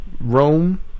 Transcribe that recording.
Rome